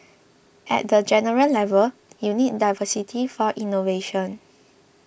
at the general level you need diversity for innovation